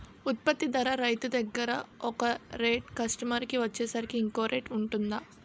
ఉత్పత్తి ధర రైతు దగ్గర ఒక రేట్ కస్టమర్ కి వచ్చేసరికి ఇంకో రేట్ వుంటుందా?